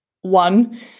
one